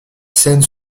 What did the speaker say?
scène